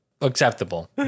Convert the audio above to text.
acceptable